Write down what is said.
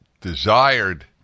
desired